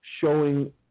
showing